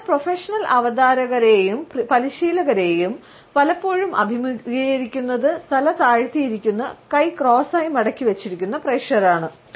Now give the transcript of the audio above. അതിനാൽ പ്രൊഫഷണൽ അവതാരകരെയും പരിശീലകരെയും പലപ്പോഴും അഭിമുഖീകരിക്കുന്നത് തല താഴ്ത്തി ഇരിക്കുന്ന കൈ ക്രോസ്സായി മടക്കി വച്ചിരിക്കുന്ന പ്രേക്ഷകരാണ്